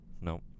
No